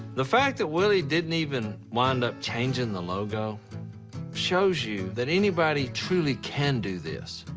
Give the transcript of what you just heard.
the fact that willie didn't even wind up changing the logo shows you that anybody truly can do this.